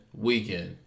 weekend